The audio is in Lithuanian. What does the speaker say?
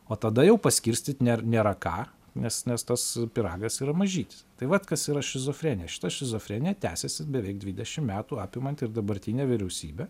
o tada jau paskirstyt nėr nėra ką nes nes tas pyragas yra mažytis tai vat kas yra šizofrenija šita šizofrenija tęsiasi beveik dvidešim metų apimant ir dabartinę vyriausybę